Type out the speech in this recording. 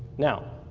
now,